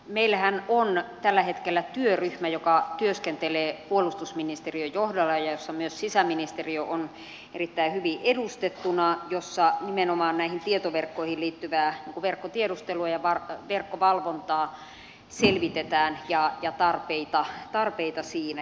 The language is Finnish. meillähän on tällä hetkellä työryhmä joka työskentelee puolustusministeriön johdolla ja jossa myös sisäministeriö on erittäin hyvin edustettuna ja jossa nimenomaan näihin tietoverkkoihin liittyvää verkkotiedustelua ja verkkovalvontaa selvitetään ja tarpeita siinä